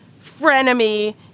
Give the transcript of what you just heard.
frenemy